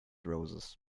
roses